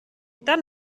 dann